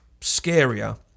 scarier